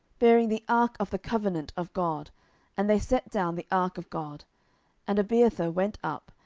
bearing the ark of the covenant of god and they set down the ark of god and abiathar went up,